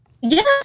Yes